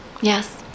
Yes